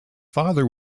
father